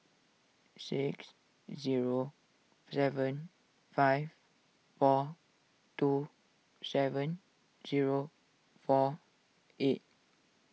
six zero seven five four two seven zero four eight